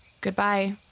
Goodbye